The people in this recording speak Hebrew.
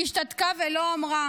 היא השתתקה ולא אמרה: